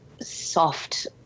soft